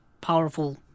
powerful